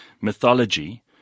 mythology